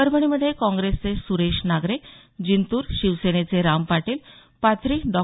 परभणीमध्ये काँग्रेसचे सुरेश नागरे जिंतूर शिवसेनेचे राम पाटील पाथ्री डॉ